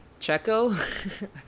Checo